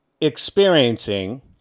experiencing